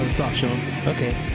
Okay